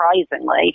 surprisingly